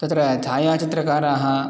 तत्र छायाचित्रकाराः